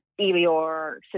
Elior